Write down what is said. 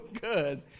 good